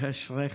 אשריך.